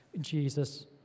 Jesus